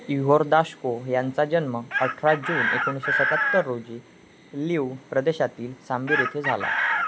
ever दाशको यांचा जन्म अठरा जून एकोणीसशे सत्याहत्तर रोजी लिव प्रदेशातील सांबीर येथे झाला